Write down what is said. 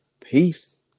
Peace